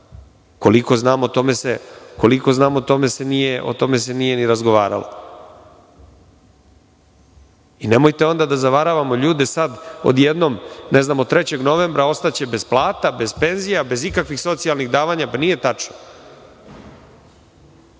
koliko znamo o tome se nije ni razgovaralo. Nemojte onda da zavaravamo ljude sada od jednom, ne znamo, 3. novembra ostaće bez plata, penzija, bez ikakvih socijalnih davanja. To nije tačno. Hajde,